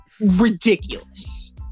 ridiculous